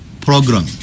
program